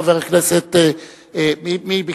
חבר הכנסת חנין,